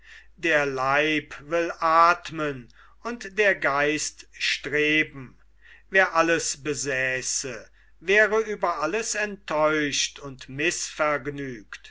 der leib will athmen und der geist streben wer alles besäße wäre über alles enttäuscht und